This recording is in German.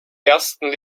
ersten